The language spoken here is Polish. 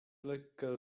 lekka